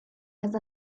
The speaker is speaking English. has